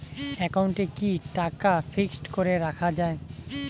একাউন্টে কি টাকা ফিক্সড করে রাখা যায়?